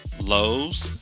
Lowe's